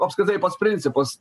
apskritai pats principas